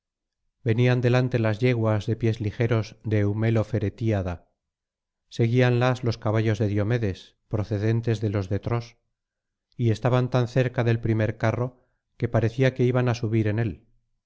venían delante las yeguas de pies ligeros de eumelo feretíada seguíanlas los caballos de diomedes procedentes de los de tros y estaban tan cerca del primer carro que parecía que iban á subir en él